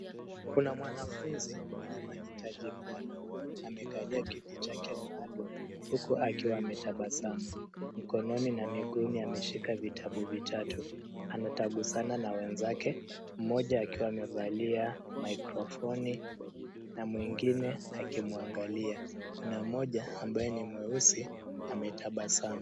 Kuna mwanafunzi mwenye mahitaji maalum, amekalia kiti chake maalum huku akiwa ametabasamu. Mikononi na miguuni ameshika vitabu vitatu. Anatagusana na wenzake, mmoja akiwa amevalia maikrofoni na mwengine akimwangalia. Kuna mmoja ambaye ni mweusi ametabasamu.